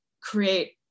create